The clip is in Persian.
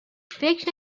فکر